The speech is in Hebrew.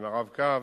עם ה"רב-קו"